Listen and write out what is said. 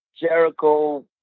Jericho